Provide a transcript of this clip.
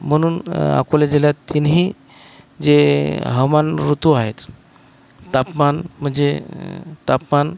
म्हणून अकोला जिल्ह्यात तिन्ही जे हवामान ऋतू आहेत तापमान म्हणजे तापमान